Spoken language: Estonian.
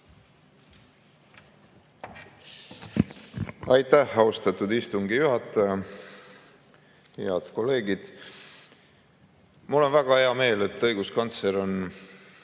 Aitäh, austatud istungi juhataja! Head kolleegid! Mul on väga hea meel, et õiguskantsler on